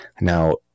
Now